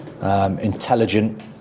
Intelligent